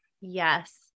Yes